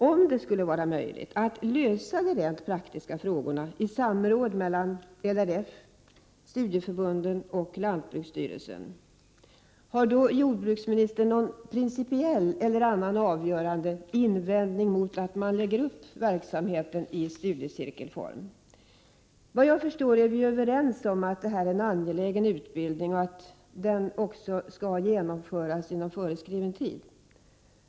Om det skulle vara möjligt att lösa de rent praktiska frågorna i samråd mellan LRF, studieförbunden och lantbruksstyrelsen, har jordbruksministern då någon principiell eller annan avgörande invändning mot att man lägger upp verksamheten i studiecirkelform? Såvitt jag förstår är vi överens om att det är fråga om en angelägen utbildning och att den också skall genomföras inom föreskriven tid.